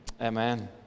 amen